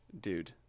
Dude